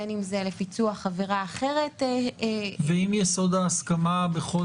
בין אם זה לפיצוח עבירה אחרת --- ואם יסוד ההסכמה בכל